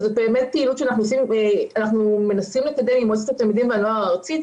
וזו פעילות שאנחנו מנסים לקדם עם מועצת התלמידים והנוער הארצית,